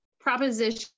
proposition